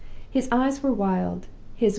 his eyes were wild,